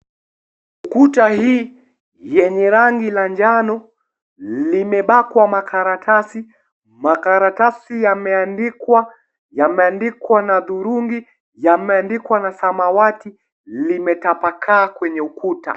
Kuta hii yenye rangi ya njano limebakwa makaratasi, makaratasi yameandikwa, yameandikwa na dhurungi, yameandikwa na samawati, limetapakaa kwenye ukuta.